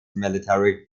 military